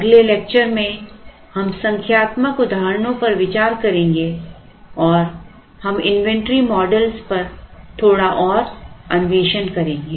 अगले लेक्चर में हम संख्यात्मक उदाहरणों पर विचार करेंगे और हम इन्वेंट्री मॉडल पर थोड़ा और अन्वेषण करेंगे